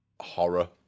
horror